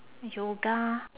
yoga